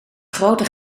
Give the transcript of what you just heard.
grote